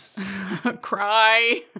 Cry